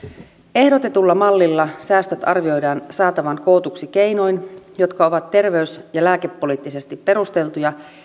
ehdotetulla mallilla säästöt arvioidaan saatavan kootuksi keinoin jotka ovat terveys ja lääkepoliittisesti perusteltuja